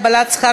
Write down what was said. הגבלת שכר